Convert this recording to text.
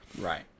Right